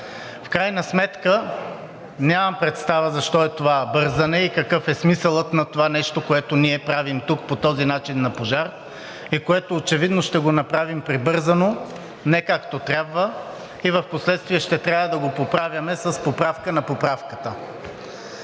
В крайна сметка нямам представа защо е това бързане и какъв е смисълът на това нещо, което ние правим тук по този начин на пожар, което очевидно ще го направим прибързано – не както трябва, и впоследствие ще трябва да го поправяме с поправка на поправката.